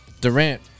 Durant